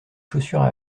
chaussures